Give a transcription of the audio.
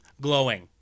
glowing